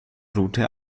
route